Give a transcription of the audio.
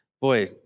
Boy